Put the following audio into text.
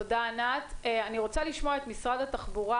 אני רוצה לשמוע את דפנה ממשרד התחבורה,